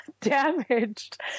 damaged